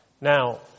Now